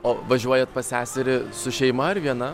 o važiuojat pas seserį su šeima ar viena